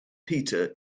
peter